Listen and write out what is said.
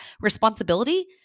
responsibility